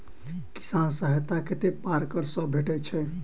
किसान सहायता कतेक पारकर सऽ भेटय छै?